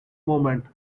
moment